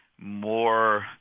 more